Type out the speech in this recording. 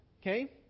Okay